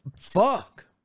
Fuck